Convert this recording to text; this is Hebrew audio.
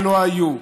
כלא היו.